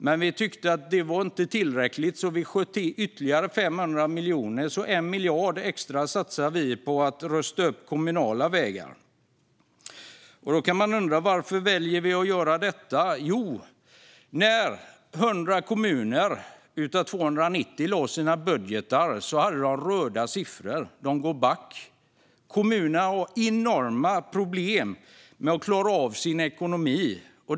Men vi tyckte inte att det var tillräckligt, så vi sköt till ytterligare 500 miljoner. Vi satsar alltså 1 miljard extra på att rusta upp kommunala vägar. Då kan man undra: Varför väljer vi att göra detta? Jo, när 100 kommuner av 290 lade fram sina budgetar hade de röda siffror. De går back. Kommunerna har enorma problem med att klara av sin ekonomi.